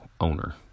owner